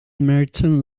merchant